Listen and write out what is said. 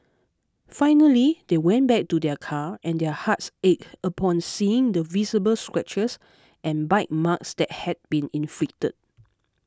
finally they went back to their car and their hearts ached upon seeing the visible scratches and bite marks that had been inflicted